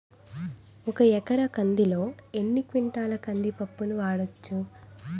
ఒక ఎకర కందిలో ఎన్ని క్వింటాల కంది పప్పును వాడచ్చు?